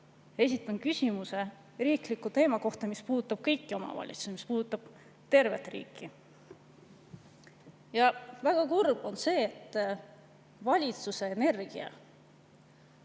esitan küsimuse riikliku teema kohta, mis puudutab kõiki omavalitsusi, mis puudutab tervet riiki. Väga kurb on see, et valitsuse energia